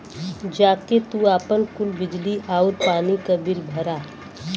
जा के तू आपन कुल बिजली आउर पानी क बिल भरा